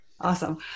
Awesome